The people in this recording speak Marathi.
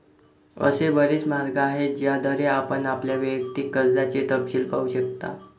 असे बरेच मार्ग आहेत ज्याद्वारे आपण आपल्या वैयक्तिक कर्जाचे तपशील पाहू शकता